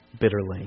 bitterly